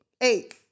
eight